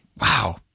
Wow